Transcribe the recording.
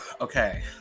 Okay